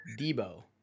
Debo